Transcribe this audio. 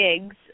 gigs